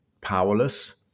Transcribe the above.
powerless